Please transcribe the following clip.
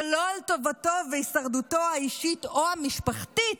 ולא על טובתו והישרדותו האישית או המשפחתית,